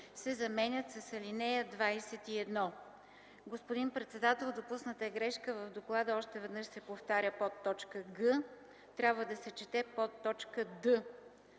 се заменят с „ал. 21”;” Господин председател, допусната е грешка в доклада – още веднъж се повтаря подточка „г”. Трябва да се чете подточка